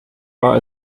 war